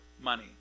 money